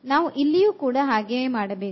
ನಾವು ಇಲ್ಲಿಯೂ ಕೂಡ ಹಾಗೆಯೇ ಮಾಡಬೇಕು